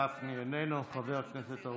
חבר הכנסת גפני,